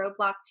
roadblock